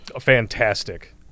fantastic